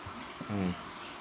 mm